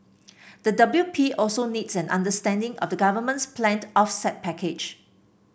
the W P also needs an understanding of the government's planned offset package